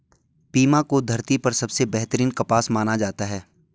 Pima को धरती पर सबसे बेहतरीन कपास माना जाता है